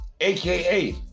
aka